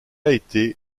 été